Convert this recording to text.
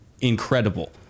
incredible